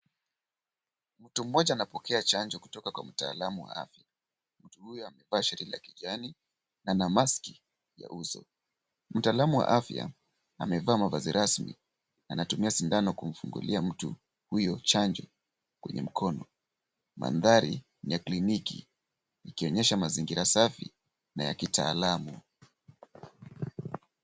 Mtu mmoja anapokea chanjo kutoka kwa mtaalamu wa afya, mtu huyo amevaa shati la kijani na ana maski ya uso. Mtaalamu wa afya, amevaa mavazi rasmi, na anatumia sindano kumfungulia mtu huyo chanjo kwenye mkono. Mandhari ni ya kliniki, ikionyesha mazingira safi na ya kitaalamu.